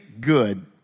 good